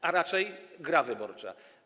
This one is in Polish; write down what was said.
To raczej gra wyborcza.